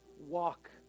walk